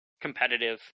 competitive